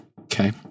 Okay